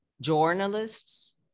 journalists